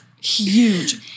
huge